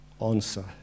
answer